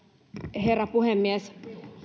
herra puhemies